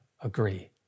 agree